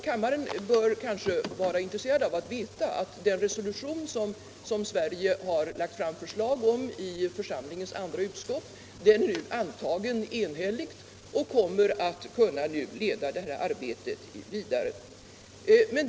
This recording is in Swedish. Kammaren bör kanske vara intresserad av att veta att den resolution som Sverige lagt fram förslag om i församlingens andra utskott nu är enhälligt antagen och kommer att kunna leda detta arbete vidare.